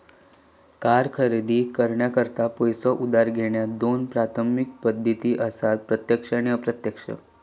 car खरेदी करण्याकरता पैसो उधार घेण्याच्या दोन प्राथमिक पद्धती असत प्रत्यक्ष आणि अप्रत्यक्ष